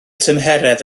tymheredd